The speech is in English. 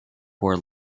bore